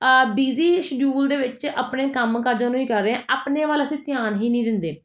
busy schedule ਦੇ ਵਿੱਚ ਆਪਣੇ ਕੰਮ ਕਾਜਾਂ ਨੂੰ ਹੀ ਕਰ ਰਹੇ ਹਾਂ ਆਪਣੇ ਵੱਲ ਅਸੀਂ ਧਿਆਨ ਹੀ ਨਹੀਂ ਦਿੰਦੇ